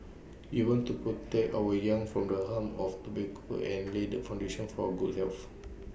we want to protect our young from the harms of tobacco and lay the foundation for good health